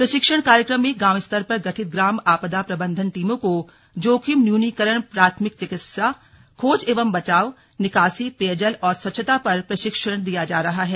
प्रशिक्षण कार्यक्रम में गांव स्तर पर गठित ग्राम आपदा प्रबंधन टीमों को जोखिम न्यूनीकरण प्राथमिक चिकित्सा खोज एवं बचाव निकासी पेयजल पेयजल और स्वच्छता पर प्रशिक्षण दिया जा रहा है